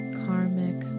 karmic